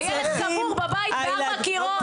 הילד קבור בבית בין ארבע קירות.